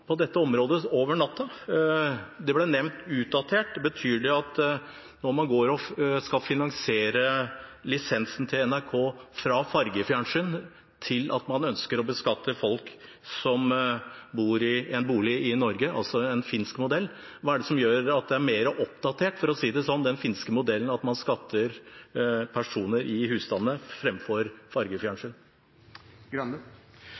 på dette området over natten? Det ble nevnt «utdatert». Betyr det at man skal finansiere lisensen til NRK fra fargefjernsyn til at man ønsker å beskatte folk som bor i en bolig i Norge, altså etter en finsk modell? Hva er det som gjør at den er mer oppdatert, for å si det sånn, den finske modellen, at man beskatter personer i husstanden, fremfor